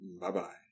Bye-bye